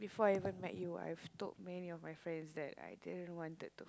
before I even met you I have told many of my friends that I didn't wanted to